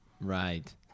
Right